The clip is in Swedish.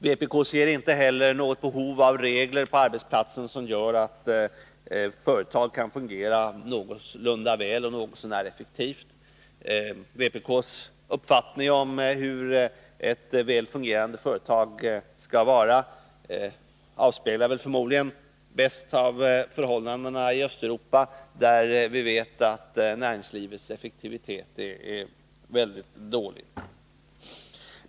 Vpk ser inte heller något behov av regler på arbetsplatsen som gör att företagen kan fungera någorlunda väl och något så när effektivt. Vpk:s uppfattning om hur ett väl fungerande företag skall vara avspeglas förmodligen bäst i förhållandena i Östeuropa, där vi vet att näringslivets effektivitet är väldigt dålig.